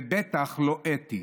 ובטח לא אתי.